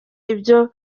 ibyo